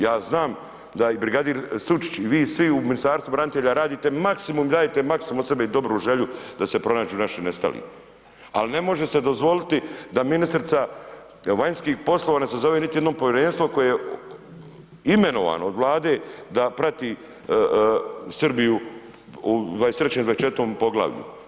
Ja znam da je i brigadir Sučić i vi svi u Ministarstvu branitelja radite, radite maksimum od sebe i dobru želju da se pronađu naši nestali, ali ne može se dozvoliti da ministrica vanjskih poslova ne sazove niti jednom povjerenstvo koje je imenovano od Vlade da prati Srbiju u 23. i 24. poglavlju.